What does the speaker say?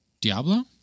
Diablo